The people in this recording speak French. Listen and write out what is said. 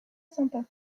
sympa